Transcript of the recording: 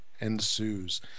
ensues